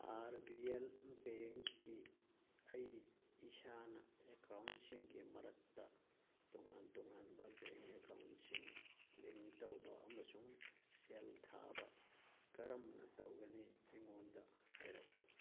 R B L ꯕꯦꯡꯀꯤ ꯑꯩ ꯏꯁꯥꯅ ꯑꯦꯀꯥꯎꯟꯁꯤꯡꯒꯤ ꯃꯔꯛꯇ ꯇꯣꯉꯥꯟ ꯇꯣꯉꯥꯟꯕ ꯕꯦꯡ ꯑꯦꯀꯥꯎꯟꯁꯤꯡ ꯂꯤꯡꯛ ꯇꯧꯕ ꯑꯃꯁꯨꯡ ꯁꯦꯜ ꯊꯥꯕ ꯀꯔꯝꯅ ꯇꯧꯒꯅꯤ ꯑꯩꯉꯣꯟꯗ ꯍꯥꯏꯔꯛꯎ